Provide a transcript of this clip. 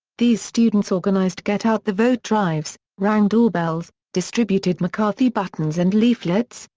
these students organized get-out-the-vote drives, rang doorbells, distributed mccarthy buttons and leaflets,